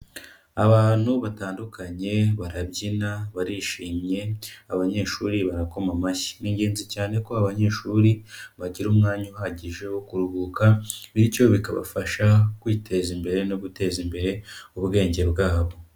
Abantu batandukanye barabyina barishimye abanyeshuri barakoma amashyi, ni ingenzi cyane ko abanyeshuri bagira umwanya uhagije wo kuruhuka bityo bikabafasha kwiteza imbere no guteza imbere ubwenge bwabo.